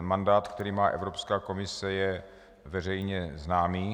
Mandát, který má Evropská komise, je veřejně známý.